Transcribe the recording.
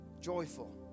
joyful